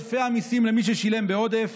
את עודפי המיסים למי ששילם בעודף.